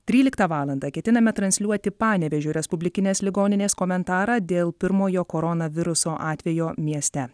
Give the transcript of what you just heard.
tryliktą valandą ketiname transliuoti panevėžio respublikinės ligoninės komentarą dėl pirmojo koronaviruso atvejo mieste